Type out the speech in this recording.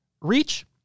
Reach